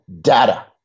data